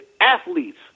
athletes